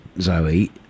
Zoe